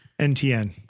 NTN